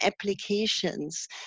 applications